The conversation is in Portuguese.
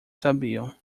sabiam